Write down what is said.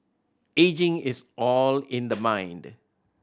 ageing is all in the mind